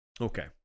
Okay